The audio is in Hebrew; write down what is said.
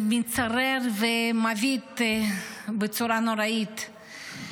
זה מצמרר ומבעית בצורה נוראית.